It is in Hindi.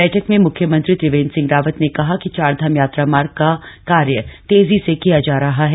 बैठक में मुख्यमंत्री त्रिवेन्द्र सिंह रावत ने कहा कि चारधाम यात्रा मार्ग का कार्य तेजी से किया जा रहा है